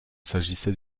s’agissait